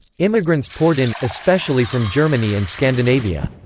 immigrants poured in, especially from germany and scandinavia.